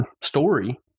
story